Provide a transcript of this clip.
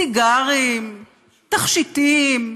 סיגרים, תכשיטים,